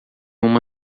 uma